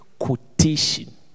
Quotation